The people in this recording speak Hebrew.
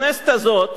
בכנסת הזאת,